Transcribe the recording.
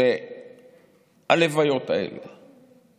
שהלוויות האלה